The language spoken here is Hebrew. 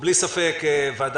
הסתייגות מכמה דברים אני